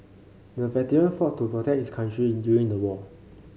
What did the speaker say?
the veteran fought to protect his country during the war